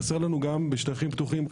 חסר לנו גם בשטחים פתוחים,